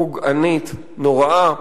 פוגענית, נוראה,